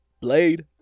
Blade